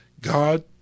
God